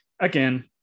again